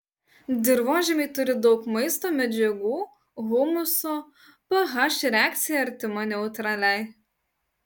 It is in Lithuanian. dirvožemiai turi daug maisto medžiagų humuso ph reakcija artima neutraliai